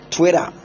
Twitter